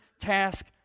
task